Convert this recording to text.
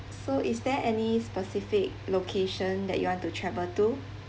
so is there any specific location that you want to travel to